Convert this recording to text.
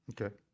Okay